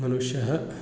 मनुष्यः